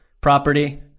property